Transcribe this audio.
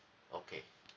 okay